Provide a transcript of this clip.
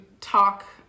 talk